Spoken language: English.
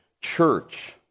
church